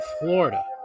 Florida